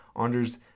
Anders